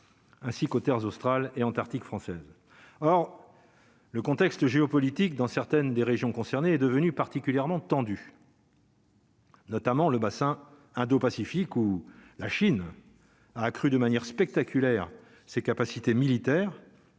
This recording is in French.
Ainsi qu'aux Terres australes et antarctiques françaises, or le contexte géopolitique dans certaines des régions concernées est devenue particulièrement tendue. Notamment le bassin indo-Pacifique où la Chine a crû de manière spectaculaire, ses capacités militaires